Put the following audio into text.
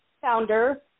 founder